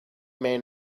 men